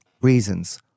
reasons